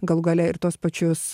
galų gale ir tuos pačius